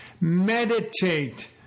Meditate